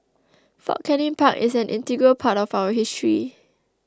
Fort Canning Park is an integral part of our history